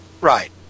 Right